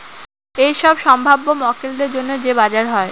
এইসব সম্ভাব্য মক্কেলদের জন্য যে বাজার হয়